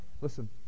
listen